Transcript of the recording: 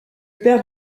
père